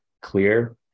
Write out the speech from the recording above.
clear